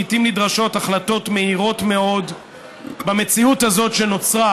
לעיתים נדרשות החלטות מהירות מאוד במציאות הזאת שנוצרה,